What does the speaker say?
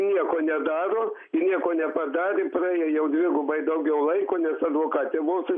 nieko nedaro ir nieko nepadarė praėjo jau dvigubai daugiau laiko nes advokatė mūsų